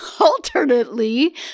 Alternately